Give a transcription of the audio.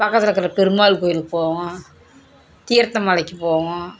பக்கத்தில் இருக்கிற பெருமாள் கோயிலுக்குப் போவோம் தீர்த்த மலைக்கு போவோம்